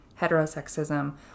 heterosexism